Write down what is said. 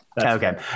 Okay